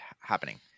happening